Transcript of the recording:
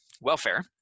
welfare